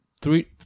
three